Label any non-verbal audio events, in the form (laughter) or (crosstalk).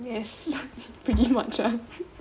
yes (laughs) pretty much right (laughs)